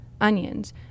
onions